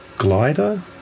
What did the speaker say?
Glider